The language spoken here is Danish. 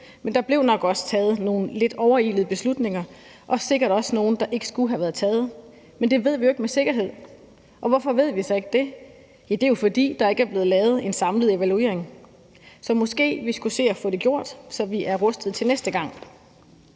Der blev nok også taget nogle lidt overilede beslutninger og sikkert også nogle, der ikke skulle have været taget, men det ved vi jo ikke med sikkerhed, og hvorfor ved vi så ikke det? Ja, det er jo, fordi der ikke er blevet lavet en samlet evaluering. Så måske vi skulle se at få det gjort, så vi er rustet til næste gang.